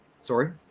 sorry